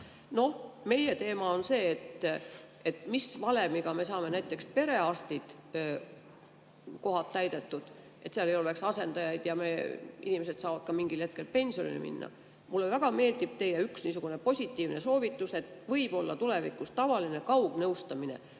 Noh, meie teema on see, et mis valemiga me saame näiteks perearstide kohad täidetud, et seal ei oleks asendajaid ja inimesed saaksid mingil hetkel ka pensionile minna. Mulle väga meeldib teie üks niisugune positiivne soovitus, et võib-olla tulevikus on tavaline kaugnõustamine.